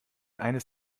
eines